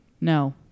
No